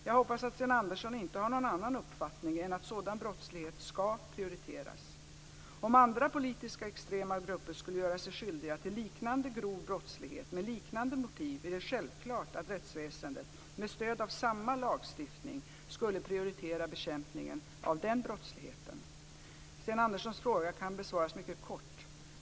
Jag hoppas att Sten Andersson inte har någon annan uppfattning än att sådan brottslighet ska prioriteras. Om andra politiskt extrema grupper skulle göra sig skyldiga till liknande grov brottslighet med liknande motiv är det självklart att rättsväsendet, med stöd av samma lagstiftning, skulle prioritera bekämpningen av den brottsligheten. Sten Anderssons fråga kan besvaras mycket kort.